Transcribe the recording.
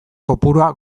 kopurua